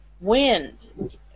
Wind